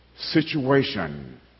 situation